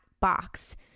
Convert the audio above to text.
box